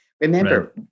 remember